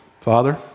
Father